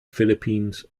philippines